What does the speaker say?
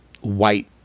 white